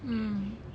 mm